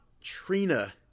Trina